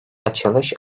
açılış